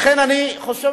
לכן אני חושב,